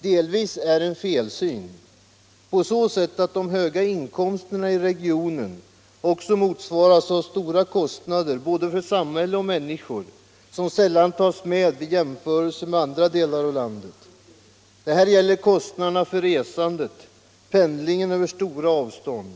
delvis är en felsyn: de höga inkomsterna i regionen motsvaras av stora kostnader för både samhälle och människor, men det tas sällan med vid jämförelser med andra delar av landet. Detta gäller även kostnaderna för resandet — pendlingen över stora avstånd.